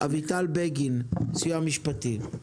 אביטל בגין, סיוע משפטי,